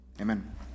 Amen